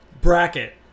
bracket